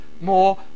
more